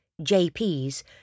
JP's